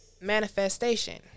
Manifestation